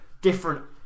different